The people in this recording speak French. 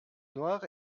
noire